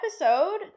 episode